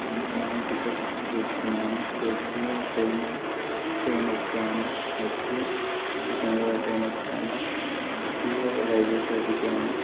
అనుకున్నాను tickets book చేసుకున్నాను చేసి ట్రైన్ ట్రైన్ ఎక్కాను ఎక్కి సికింద్రాబాద్లో ట్రైన్ ఎక్కాను ఎక్కి వైజాగ్లో దిగాను